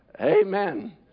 amen